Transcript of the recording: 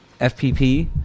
FPP